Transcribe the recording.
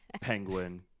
penguin